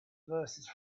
verses